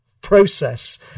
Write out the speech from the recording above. process